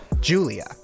Julia